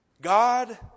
God